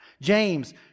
James